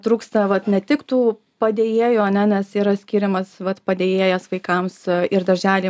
trūksta vat ne tik tų padėjėjų ane nes yra skiriamas vat padėjėjas vaikams ir daržely